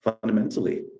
fundamentally